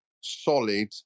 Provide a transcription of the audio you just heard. solid